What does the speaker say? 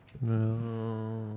No